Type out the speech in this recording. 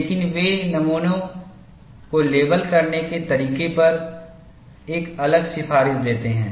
लेकिन वे नमूनों को लेबल करने के तरीके पर एक अलग सिफारिश देते हैं